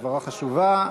הבהרה חשובה.